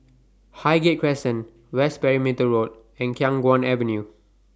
Highgate Crescent West Perimeter Road and Khiang Guan Avenue